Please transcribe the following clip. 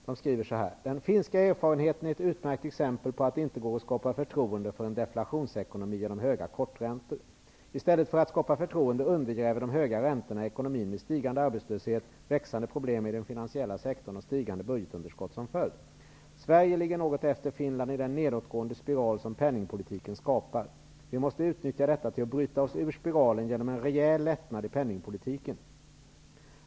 Man skriver så här: ''Den finska erfarenheten är ett utmärkt exempel på att det inte går att skapa förtroende för en deflationsekonomi genom höga korträntor. I stället för att skapa förtroende undergräver de höga räntorna ekonomin med stigande arbetslöshet, växande problem i den finansiella sektorn och stigande budgetunderskott som följd -- Sverige ligger något efter Finland i den nedåtgående spiral som penningpolitiken skapar. Vi måste utnyttja detta till att bryta oss ur spiralen genom en rejäl lättnad i penningpolitiken.